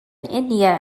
india